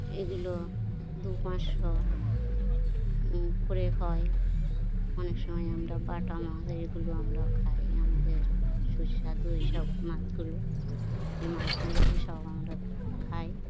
এগুলো দু পাঁচশো করে হয় অনেক সময় আমরা বাটা মাছ এগুলো আমরা খাই আমাদের সুসস্বাদু এইসব মাছগুলো এই মাছগুলোও সব আমরা খাই